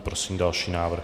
Prosím další návrh.